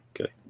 Okay